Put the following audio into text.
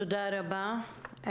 תודה רבה.